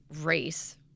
race